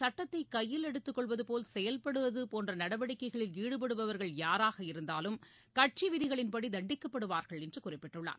சட்டத்தை கையில் எடுத்துக்கொள்வது போல் செயல்படுவது போன்ற நடவடிக்கைகளில் ஈடுபடுபவர்கள் யாராக இருந்தாலும் கட்சி விதிகளின்படி தண்டிக்கப்படுவார்கள் என்று குறிப்பிட்டுள்ளார்